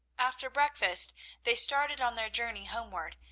after breakfast they started on their journey homeward,